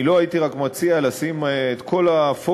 אני רק לא הייתי מציע לשים את כל הפוקוס,